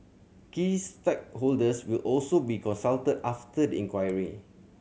key stakeholders will also be consulted after the inquiry